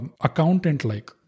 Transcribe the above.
accountant-like